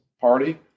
party